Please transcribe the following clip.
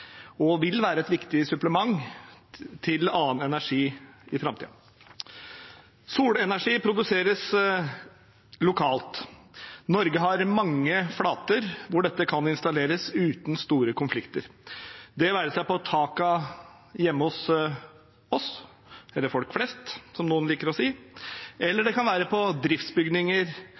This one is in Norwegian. og vil være et viktig supplement til annen energi i framtiden. Solenergi produseres lokalt, og Norge har mange flater der dette kan installeres uten store konflikter. Det kan være på takene hjemme hos oss, eller hos «folk flest», som noen liker å si, eller det kan være på driftsbygninger